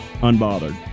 unbothered